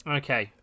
okay